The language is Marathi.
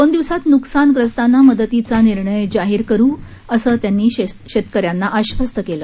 दोन दिवसात न्कसानग्रस्तांना मदतीचा निर्णय जाहिर करू या शब्दात त्यांनी शेतकऱ्यांना आश्वस्त केलं